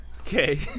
okay